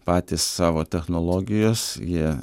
patys savo technologijos jie